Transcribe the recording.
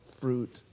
fruit